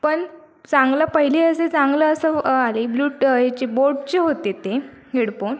पण चांगलं पहिले जे चांगलं असं आली ब्लुट याचे बोटचे होते ते हेडपोन